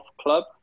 Club